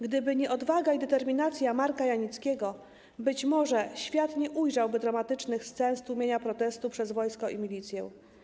Gdyby nie odwaga i determinacja Marka Janickiego być może świat nie ujrzałby dramatycznych scen z tłumienia protestu przez wojsko i milicję.